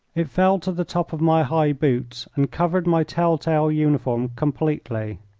it fell to the top of my high boots, and covered my tell-tale uniform completely.